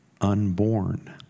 unborn